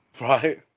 Right